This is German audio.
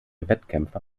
wettkämpfe